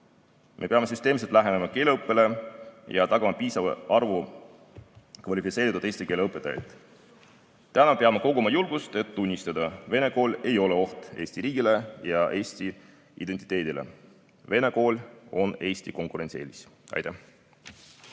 Me peame süsteemselt lähenema keeleõppele ja tagama piisava arvu kvalifitseeritud eesti keele õpetajaid. Täna peame koguma julgust, et tunnistada: vene kool ei ole oht Eesti riigile ja eesti identiteedile, vene kool on Eesti konkurentsieelis. Aitäh!